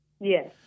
Yes